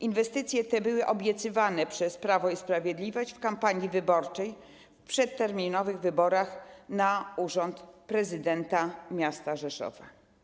Inwestycje te były obiecywane przez Prawo i Sprawiedliwość w kampanii wyborczej w przedterminowych wyborach na urząd prezydenta miasta Rzeszowa.